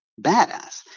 badass